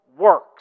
works